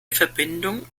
verbindung